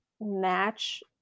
match